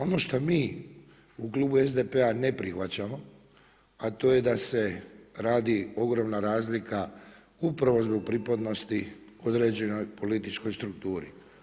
Ono šta mi u klubu SDP-a ne prihvaćamo, a to je da se radi ogromna razlika upravo zbog pripadnosti određenoj političkoj strukturi.